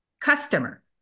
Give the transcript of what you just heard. customer